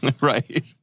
Right